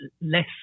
less